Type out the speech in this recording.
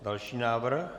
Další návrh.